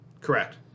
Correct